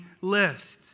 list